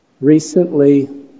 Recently